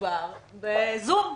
המדובר בזום?